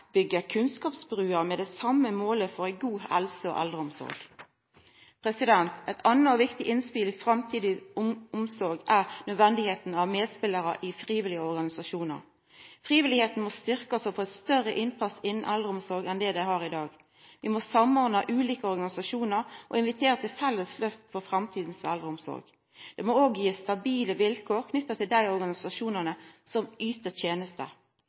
med det same målet om ei god helse og eldreomsorg. Eit anna og viktig innspel i framtidig omsorg er nødvendigheita av medspelarar i frivillige organisasjonar. Frivillig innsats må styrkast og få større innpass i eldreomsorga enn det har i dag. Vi må samordna ulike organisasjonar og invitera til felles løft for framtidas eldreomsorg. Det må òg bli gitt stabile vilkår knytte til dei organisasjonane som yter